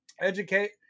Educate